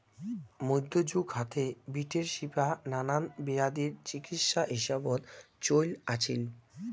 মইধ্যযুগ হাতে, বিটের শিপা নানান বেয়াধির চিকিৎসা হিসাবত চইল আছিল